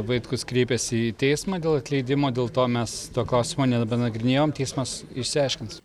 vaitkus kreipėsi į teismą dėl atleidimo dėl to mes to klausimo nebenagrinėjom teismas išsiaiškins